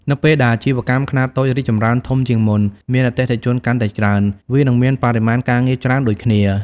នៅពេលដែលអាជីវកម្មខ្នាតតូចរីកចម្រើនធំជាងមុន មានអតិថិជនកាន់តែច្រើន វានឹងមានបរិមាណការងារច្រើនដូចគ្នា។